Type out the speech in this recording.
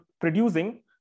producing